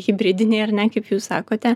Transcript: hibridiniai ar ne kaip jūs sakote